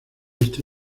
este